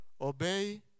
Obey